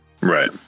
Right